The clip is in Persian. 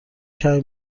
کمی